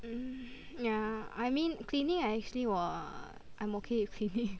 yeah I mean cleaning I actually 我 I'm okay with cleaning